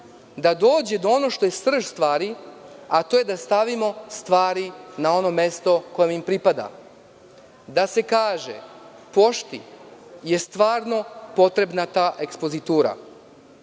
dođe do onoga što je srž stvari, a to je da stavimo stvari na ono mesto koje im pripada, da se kaže – „Pošti“ je stvarno potrebna ta ekspozitura.